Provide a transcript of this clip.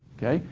okay?